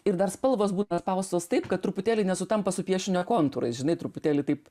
ir dar spalvos būna spaustos taip kad truputėlį nesutampa su piešinio kontūrais žinai truputėlį taip